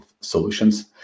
solutions